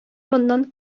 моннан